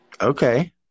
Okay